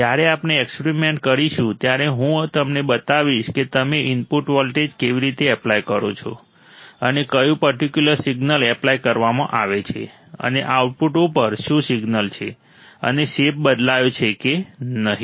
જ્યારે આપણે એક્સપેરિમેન્ટ કરીશું ત્યારે હું તમને બતાવીશ કે તમે ઇનપુટ વોલ્ટેજ કેવી રીતે એપ્લાય કરો છો અને કયું પર્ટિક્યુલર સિગ્નલ એપ્લાય કરવામાં આવે છે અને આઉટપુટ ઉપર શું સિગ્નલ છે અને શેપ બદલાયો છે કે નહીં